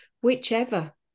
whichever